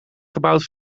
gebouwd